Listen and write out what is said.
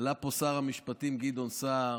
עלה לפה שר המשפטים גדעון סער